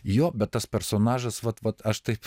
jo bet tas personažas vat vat aš taip